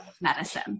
medicine